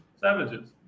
savages